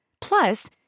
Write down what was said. Plus